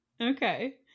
Okay